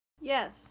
Yes